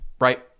right